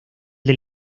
del